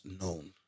known